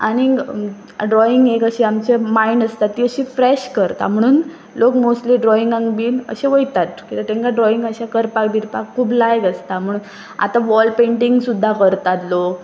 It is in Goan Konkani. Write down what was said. आनीक ड्रॉईंग एक अशी आमचे मायंड आसता ती अशी फ्रेश करता म्हणून लोक मोस्टली ड्रॉइंगाक बीन अशें वयतात कित्याक तेंकां ड्रॉइंग अशें करपाक बिरपाक खूब लायक आसता म्हणून आतां वॉल पेंटींग सुद्दां करतात लोक